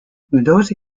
those